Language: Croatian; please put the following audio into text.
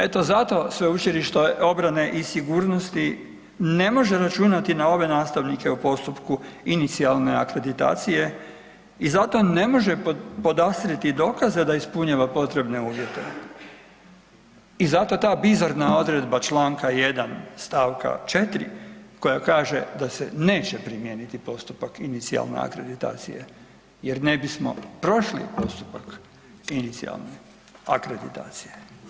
Eto zato Sveučilište obrane i sigurnosti ne može računati na ove nastavnike u postupku inicijalne akreditacije i zato ne može podastrijeti dokaze da ispunjava potrebne uvjete i zato ta bizarna odredba čl. 1. st. 4. koja kaže da se neće primijeniti postupak inicijalne akreditacije jer ne bismo prošli postupak inicijalne akreditacije.